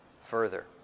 further